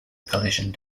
collision